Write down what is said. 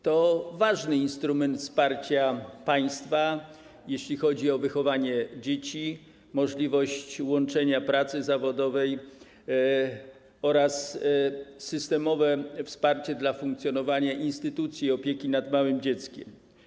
To ważny instrument wsparcia państwa, jeśli chodzi o wychowanie dzieci, możliwość łączenia pracy zawodowej oraz systemowe wsparcie dla funkcjonowania instytucji opieki nad małym dzieckiem.